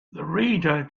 reader